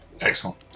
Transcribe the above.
Excellent